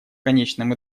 конечном